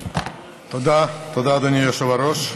תודה, אדוני היושב-ראש.